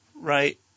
right